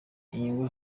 inyungu